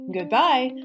Goodbye